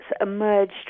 emerged